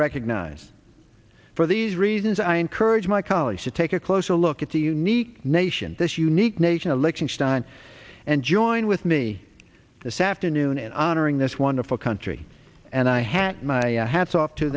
recognized for these reasons i encourage my colleagues to take a closer look at the unique nation this unique nation of liechtenstein and join with me this afternoon in honoring this wonderful country and i han't my hat's off to